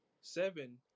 seven